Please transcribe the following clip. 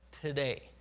today